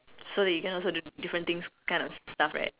so that you can also do different things kind of stuff right